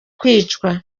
kwica